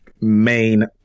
main